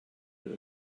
your